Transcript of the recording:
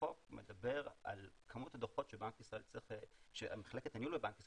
לחוק מדבר על כמות הדוחות שמחלקת הניהול בבנק ישראל